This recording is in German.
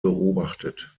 beobachtet